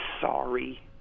sorry